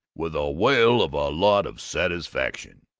with a whale of a lot of satisfaction.